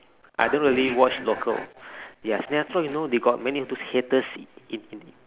I don't really watch local ya sinetron you know got a lot of haters it it